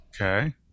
Okay